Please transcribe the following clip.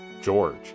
George